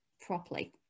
properly